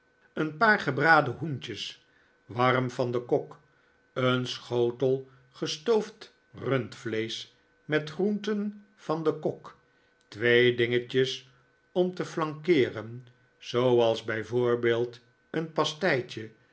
een paar gebraden hoentjes warm van den kok een schotel gestoofd rundvleesch met groenten van den kok twee dingetjes om te flankeeren zooals bij voorbeeld een